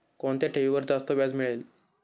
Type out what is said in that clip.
कोणत्या ठेवीवर जास्त व्याज मिळेल?